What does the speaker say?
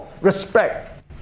respect